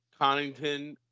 Connington